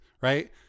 right